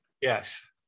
Yes